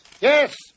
Yes